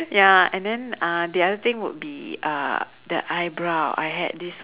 ya and then uh the other thing would be uh the eyebrow I had this